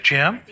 Jim